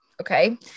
Okay